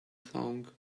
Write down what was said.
song